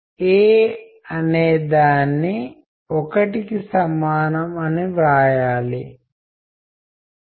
ఇప్పుడు మన ఆసక్తికరంగా చెప్పుకోవాలంటే కోవర్టు కమ్యూనికేషన్ లేదా ఎక్కడైతేమనకు కమ్యూనికేషన్చేసే ఉద్దేశం లేదు